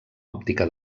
òptica